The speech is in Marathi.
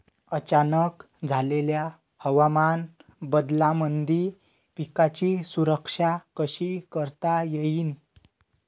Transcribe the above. अचानक झालेल्या हवामान बदलामंदी पिकाची सुरक्षा कशी करता येईन?